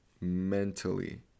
mentally